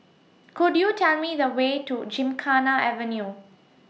Could YOU Tell Me The Way to Gymkhana Avenue